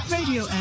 Radio